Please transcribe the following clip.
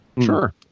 sure